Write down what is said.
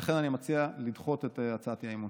ולכן אני מציע לדחות את הצעת האי-אמון.